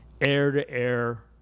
air-to-air